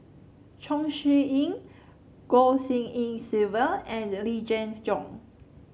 Chong Siew Ying Goh Tshin En Sylvia and Yee Jenn Jong